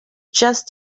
just